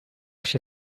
się